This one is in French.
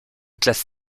classe